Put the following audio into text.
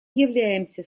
являемся